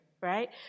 right